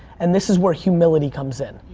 and this is where humility comes in,